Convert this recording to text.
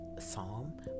psalm